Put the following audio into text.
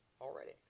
already